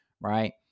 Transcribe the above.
right